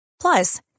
Plus